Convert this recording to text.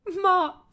Mark